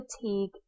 fatigue